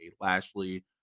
Lashley